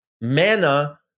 Manna